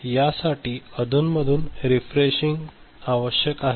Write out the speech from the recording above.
तर यासाठी अधूनमधून रीफ्रेशिंग आवश्यक आहे